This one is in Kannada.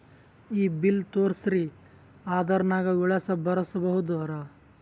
ಈ ಬಿಲ್ ತೋಸ್ರಿ ಆಧಾರ ನಾಗ ವಿಳಾಸ ಬರಸಬೋದರ?